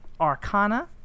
arcana